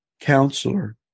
Counselor